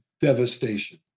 devastation